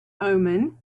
omen